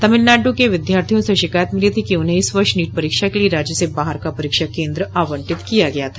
तमिलनाडु के विद्यार्थियों से शिकायत मिली थी कि उन्हें इस वर्ष नीट परीक्षा के लिए राज्य से बाहर का परीक्षा केंद्र आवंटित किया गया था